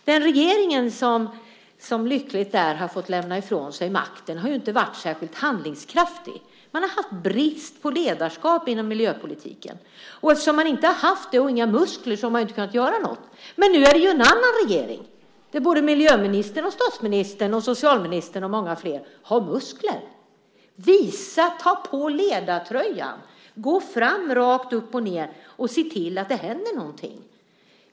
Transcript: Den regering som - lyckligt nog - har fått lämna ifrån sig makten har inte varit särskilt handlingskraftig. Det har varit brist på ledarskap inom miljöpolitiken. Eftersom man inte har haft några muskler har man inte kunnat göra något. Men nu är det en annan regering där både miljöministern, statsministern, socialministern och många flera har muskler. Ta på ledartröjan, gå framåt och se till att det händer något.